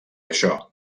això